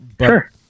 sure